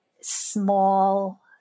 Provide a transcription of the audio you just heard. small